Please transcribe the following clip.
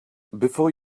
before